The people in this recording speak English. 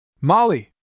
Molly